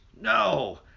No